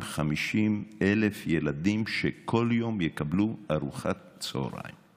250,000 ילדים שכל יום יקבלו ארוחת צוהריים.